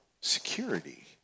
security